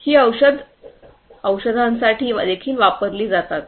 ही औषधे औषधांसाठी देखील वापरली जातात